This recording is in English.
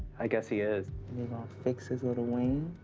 i guess he is. we're gonna fix his little wing.